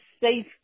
safe